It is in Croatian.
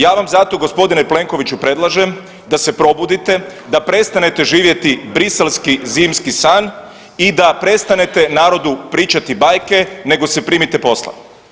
Ja vam zato g. Plenkoviću predlažem da se probudite, da prestanete živjeti briselski zimski san i da prestanete narodu pričati bajke nego se primite posla.